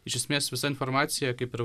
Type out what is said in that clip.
iš esmės visa informacija kaip ir